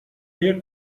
air